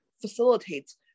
facilitates